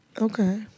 Okay